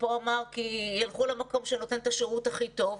כי ילכו למקום שנותן את השירות הכי טוב.